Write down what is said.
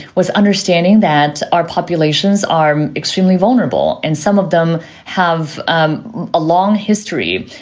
was understanding that our populations are extremely vulnerable and some of them have um a long history.